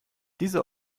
diese